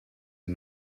den